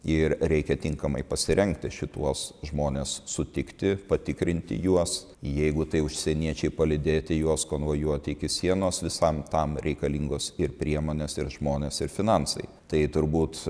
ir reikia tinkamai pasirengti šituos žmones sutikti patikrinti juos jeigu tai užsieniečiai palydėti juos konvojuoti iki sienos visam tam reikalingos ir priemonės ir žmonės ir finansai tai turbūt